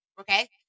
okay